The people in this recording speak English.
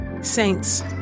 Saints